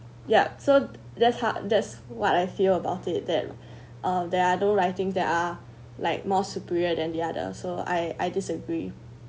yup so that's hard that's what I feel about it that uh there are no writing that are like more superior than the other so I I disagree